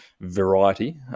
variety